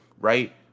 right